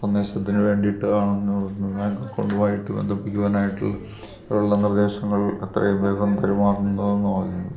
സന്ദേശത്തിനു വേണ്ടിയിട്ടാണ് ഞാൻ പൊതുവായിട്ട് ബന്ധിപ്പിക്കുവാൻ ആയിട്ട് ഉള്ള നിർദ്ദേശങ്ങൾ എത്രയും വേഗം തരു മാറണം